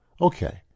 Okay